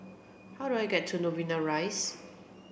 how do I get to Novena Rise